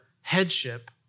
headship